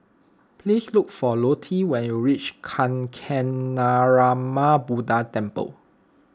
please look for Lottie when you reach Kancanarama Buddha Temple